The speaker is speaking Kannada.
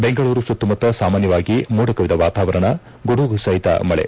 ಬೆಂಗಳೂರು ಸುತ್ತಮುತ್ತ ಸಾಮಾನ್ಯವಾಗಿ ಮೋಡ ಕವಿದ ವಾತಾವರಣ ಗುಡುಗು ಸಹಿತ ಮಳೆ